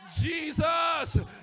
Jesus